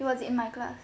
he was in my class